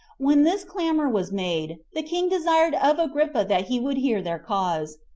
when this clamor was made, the king desired of agrippa that he would hear their cause,